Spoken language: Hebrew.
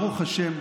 ברוך השם,